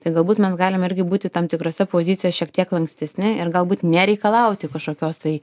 tai galbūt mes galim irgi būti tam tikrose pozicijose šiek tiek lankstesni ir galbūt nereikalauti kažkokios tai